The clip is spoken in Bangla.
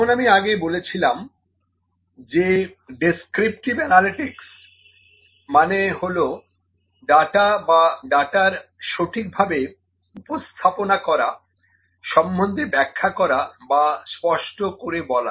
যেমন আমি আগে বলেছিলাম যে ডেস্ক্রিপটিভ অ্যানালিটিকস মানে হলো ডাটা বা ডাটার সঠিকভাবে উপস্থাপনা করা সম্বন্ধে ব্যাখ্যা করা বা স্পষ্ট করে বলা